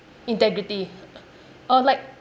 integrity uh like